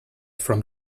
from